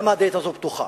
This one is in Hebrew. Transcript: למה הדלת הזאת פתוחה.